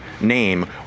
name